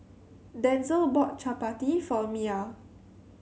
Denzel bought Chapati for Mya